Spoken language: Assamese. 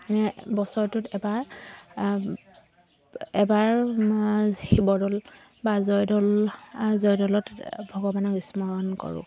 বছৰটোত এবাৰ এবাৰ শিৱদৌল বা জয়দৌল জয়দৌলত ভগৱানক স্মৰণ কৰোঁ